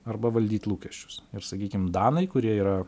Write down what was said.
arba valdyt lūkesčius ir sakykim danai kurie yra